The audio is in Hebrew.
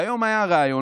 והיום היה ריאיון,